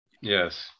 Yes